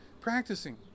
practicing